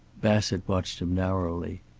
bassett watched him narrowly.